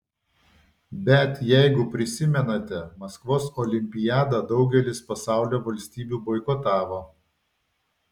bet jeigu prisimenate maskvos olimpiadą daugelis pasaulio valstybių boikotavo